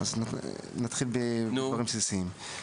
אז נתחיל בדברים בסיסיים.